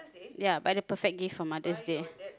ya buy the perfect gift for Mother's-Day